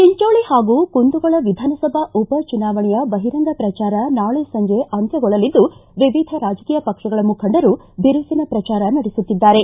ಚಿಂಚೋಳ ಹಾಗೂ ಕುಂದಗೋಳ ವಿಧಾನಸಭಾ ಉಪಚುನಾವಣೆಯ ಬಹಿರಂಗ ಪ್ರಚಾರ ನಾಳೆ ಸಂಜೆ ಅಂತ್ಯಗೊಳ್ಳಲಿದ್ದು ವಿವಿಧ ರಾಜಕೀಯ ಪಕ್ಷಗಳ ಮುಖಂಡರು ಬಿರುಸಿನ ಪ್ರಚಾರ ನಡೆಸುತ್ತಿದ್ದಾರೆ